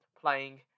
playing